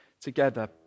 together